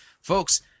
Folks